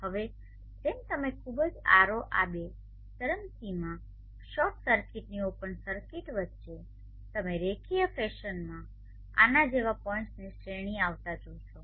હવે જેમ તમે ખૂબ જ R0 આ બે ચરમસીમા શોર્ટ સર્કિટથી ઓપન સર્કિટની વચ્ચે તમે રેખીય ફેશનમાં આના જેવા પોઇન્ટ્સની શ્રેણી આવતા જોશો